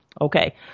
okay